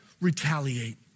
retaliate